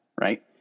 right